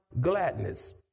gladness